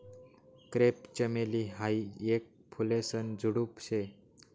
crepe चमेली हायी येक फुलेसन झुडुप शे